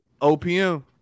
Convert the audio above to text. OPM